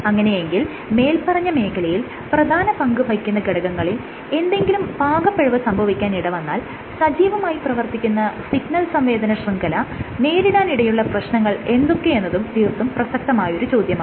അങ്ങനെയെങ്കിൽ മേല്പറഞ്ഞ മേഖലയിൽ പ്രധാന പങ്കുവഹിക്കുന്ന ഘടകങ്ങളിൽ എന്തെങ്കിലും പാകപ്പിഴവ് സംഭവിക്കാൻ ഇടവന്നാൽ സജീവമായി പ്രവർത്തിക്കുന്ന സിഗ്നൽ സംവേദന ശൃംഖല നേരിടാൻ ഇടയുള്ള പ്രശ്നങ്ങൾ എന്തൊക്കെ എന്നത് തീർത്തും പ്രസക്തമായൊരു ചോദ്യമാണ്